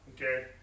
Okay